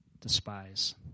despise